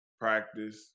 practice